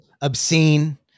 obscene